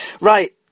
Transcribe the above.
Right